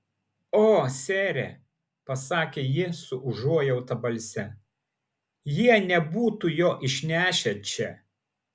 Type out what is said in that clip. o sere pasakė ji su užuojauta balse jie nebūtų jo išnešę čia